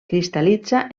cristal·litza